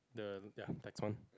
the ya that's one